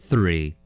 Three